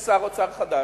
יש שר אוצר חדש,